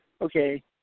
okay